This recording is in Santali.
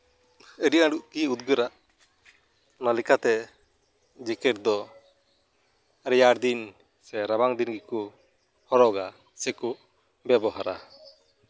ᱟᱹᱰᱤ ᱟᱸᱴ ᱜᱮ ᱩᱫᱽᱜᱟᱹᱨᱟ ᱚᱱᱟ ᱞᱮᱠᱟᱛᱮ ᱡᱮᱠᱮᱹᱴ ᱫᱚ ᱨᱮᱭᱟᱲ ᱫᱤᱱ ᱥᱮ ᱨᱟᱵᱟᱝ ᱫᱤᱱ ᱜᱮᱠᱚ ᱦᱚᱨᱚᱜᱟ ᱥᱮᱠᱚ ᱵᱮᱵᱚᱦᱟᱨᱟ